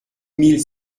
mille